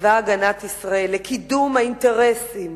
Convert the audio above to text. בצבא-הגנה לישראל לקידום האינטרסים